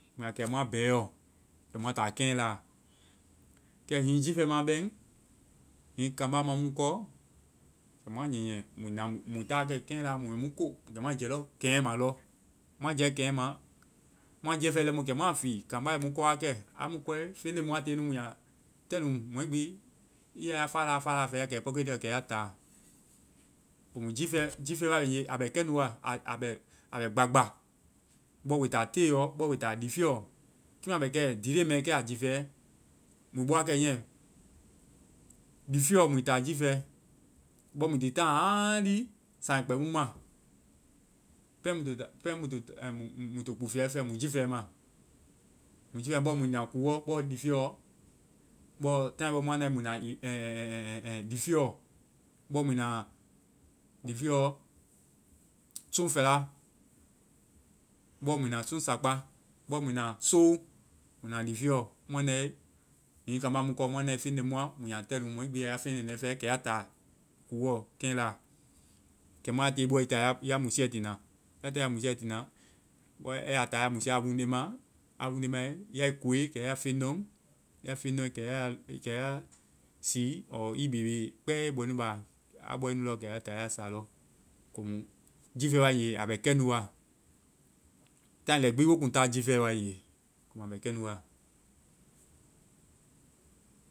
Mu ya kɛ mua bɛ lɔ. Mui ta mua keŋla. Kɛ hiŋi jiifɛ ma bɛŋ, hiŋi kambá ma mu kɔ, kɛ mua nyɛnyɛ. Mui ta wakɛ kɛnla mui mu ko. Kɛ mua jɛ. Mui jɛ lɔ kɛnyɛma lɔ. Mua jɛe kɛnyɛma, mua jiiɛ fɛe lɛimu, kɛ mua fii. Kambá ɛ mu kɔwakɛ. A mu kɔe, feŋ leŋ mua tiie nu mui a tɛluŋ. Mɔɛ bi i fa da fa da fɛ wakɛ. Kɛ ya ta. Kɔmo jiifɛ-jiifɛ wae nge a bɛ kɛnu wa. A bɛ kɛnu wa. A bɛ gba gba. Bɔ we ta te lɔ, bɔ we ta liifiɔ. Kiimu a bɛ kɛ, diile mɛ kɛ, a jiifɛ, mui bɔ wa kɛ nyiie liifiɔ mui ta jiifɛ. Bɔ mui ti taana haaŋli saama ai kpɛ mu ma. Pɛŋ mui to kpufuɛ mui to jiifɛ ma. Liifiɛ bɔ mui ta kuɔbɔ liifiɛ bɔ taai bɔ mui na ɛŋ ɛŋ ɛŋ liifiɔ. Bɔ mui na liifiɛɔ sooŋ fɛla. Bɔ mui na sooŋsakpá. Bɔ mui na soou. Mui na liifiɛɔ. Mua nae, hiŋi kambá mu kɔ, mua nae feŋ leŋ mua, mui a tɛ luŋ. Mɔɛ bi ɛ ya feŋ leŋ mɛ fɛ. Kɛ ya taa kuɔ, kɛŋla. Kɛmu a tiie i boɔ, i ta ya musiɛ tiina. Ya tae ya musiɛ tiina, i ya taa ya musiɛ a wuŋnde ma. A wuŋde mae, ya i koe, kɛ ya feŋ ndɔ. Ya frŋ ndɔ nde kɛ ya sii ɔɔ i bebe kpɛ i bɔɛnu ba. Ya bɔe nu kɛ ya ta ya sa lɔ. Komu jiifɛ wae nge a bɛ kɛnu wa. Taai lɛi gbi wo kuŋ taa jiifɛ wae nge. A bɛ kɛnu wa.